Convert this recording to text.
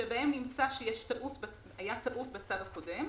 שבהם נמצא שהייתה טעות בצו הקודם,